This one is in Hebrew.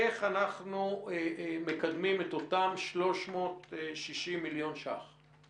איך אנחנו מקדמים את אותם 360 מיליון שקלים חדשים.